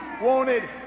wanted